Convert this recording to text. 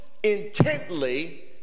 intently